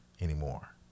anymore